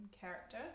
character